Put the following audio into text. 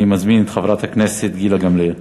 אני מזמין את חברת הכנסת גילה גמליאל.